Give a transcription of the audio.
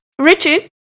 Richie